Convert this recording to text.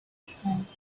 salta